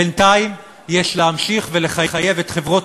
בינתיים יש להמשיך ולחייב את חברות